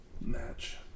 match